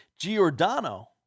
Giordano